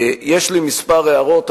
יש לי מספר הערות.